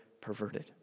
perverted